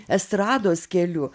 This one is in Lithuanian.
estrados keliu